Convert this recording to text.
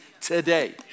today